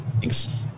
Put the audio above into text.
Thanks